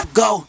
go